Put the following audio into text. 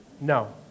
No